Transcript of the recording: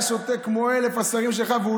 היה שותה כמו 1,000 השרים שלך והוא